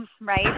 Right